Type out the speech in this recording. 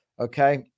Okay